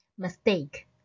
mistake